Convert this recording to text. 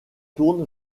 tourne